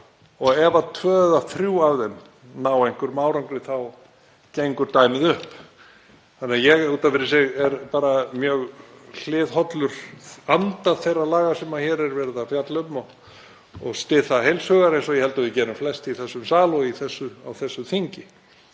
og ef tvö eða þrjú af þeim ná einhverjum árangri þá gengur dæmið upp. Ég er út af fyrir sig mjög hliðhollur anda þeirra laga sem hér er verið að fjalla um og styð þau heils hugar eins og ég held að við gerum flest í þessum sal og á þessu þingi.